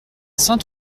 saint